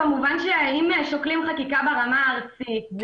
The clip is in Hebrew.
כמובן שאם שוקלים חקיקה ברמה הארצית,